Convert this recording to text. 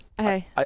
Hey